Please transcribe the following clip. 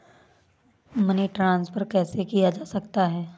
Money transfer कैसे किया जा सकता है?